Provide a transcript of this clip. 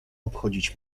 obchodzić